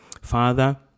Father